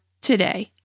today